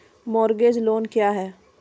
Mortgage loan क्या है?